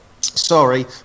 sorry